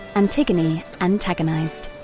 antigone antagonised,